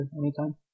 anytime